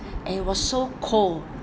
and it was so cold